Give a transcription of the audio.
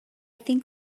think